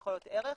יכול להיות ערך.